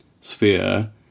sphere